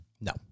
No